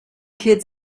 kids